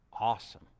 awesome